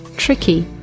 tricky,